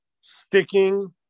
sticking